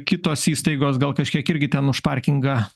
kitos įstaigos gal kažkiek irgi ten už parkingą